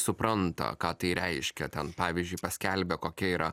supranta ką tai reiškia ten pavyzdžiui paskelbia kokia yra